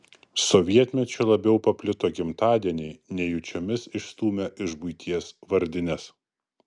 sovietmečiu labiau paplito gimtadieniai nejučiomis išstūmę iš buities vardines